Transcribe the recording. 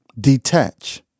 detach